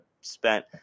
spent